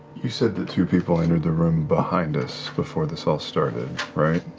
you said that two people entered the room behind us before this all started, right?